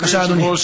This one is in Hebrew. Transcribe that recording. בבקשה, אדוני.